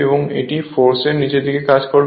এবং ফোর্স নীচের অংশে কাজ করবে